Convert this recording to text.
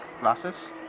glasses